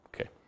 Okay